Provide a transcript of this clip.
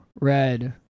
Red